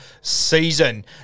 season